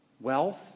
wealth